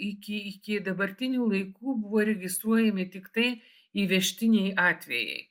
iki iki dabartinių laikų buvo registruojami tiktai įvežtiniai atvejai